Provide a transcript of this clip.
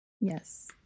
Yes